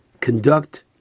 conduct